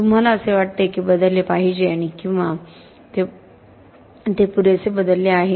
तुम्हाला असे वाटते की हे बदलले पाहिजे आणि किंवा ते पुरेसे बदलले आहे